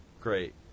great